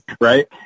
Right